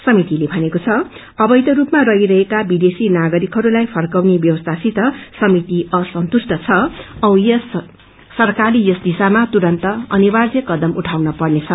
समितिले भनेको छ अवैध रूपमा रहिरहेका विदेशी नागरिकहरूलाई फर्काउने व्यवस्थासित समिति असन्तुष्ट छ औ सरकारले यस दिशामा तुरन्त अनिर्वाय कदम उइाउन पहल गर्नुपर्नेछ